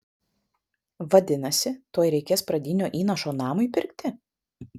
vadinasi tuoj reikės pradinio įnašo namui pirkti